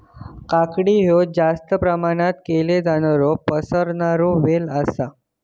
काकडी हयो जास्ती प्रमाणात केलो जाणारो पसरणारो वेल आसा